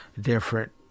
different